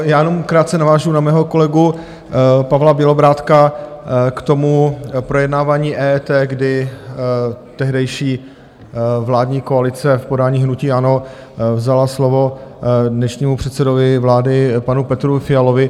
Jenom krátce navážu na svého kolegu Pavla Bělobrádka k tomu projednávání EET, kdy tehdejší vládní koalice v podání hnutí ANO vzala slovo dnešnímu předsedovi vlády panu Petru Fialovi.